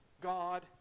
god